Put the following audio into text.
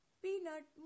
peanut